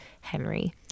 Henry